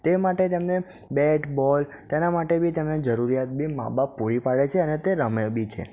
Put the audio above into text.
તે માટે તેમને બેટ બોલ તેના માટે બી તેમને જરૂરિયાત બી મા બાપ પૂરી પાડે છે અને તે રમે બી છે